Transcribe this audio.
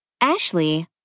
Ashley